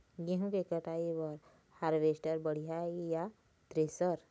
गेहूं के कटाई बर हारवेस्टर बढ़िया ये या थ्रेसर?